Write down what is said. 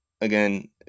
again